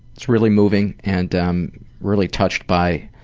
it's really moving and i'm really touched by